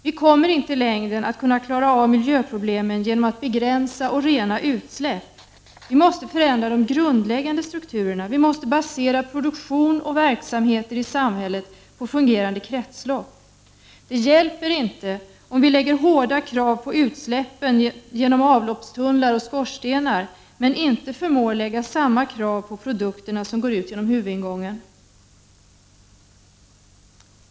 Vi kommer i längden inte att kunna klara av miljöproblemen genom att begränsa och rena utsläpp — vi måste förändra de grundläggande strukturerna, vi måste basera produktion och verksamheter i samhället på fungerande kretslopp. Det hjälper inte att vi lägger hårda krav på utsläppen genom avloppstunnlar och skorstenar om vi inte förmår ställa samma krav på produkterna som går ut genom huvudingången.